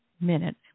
minute